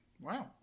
Wow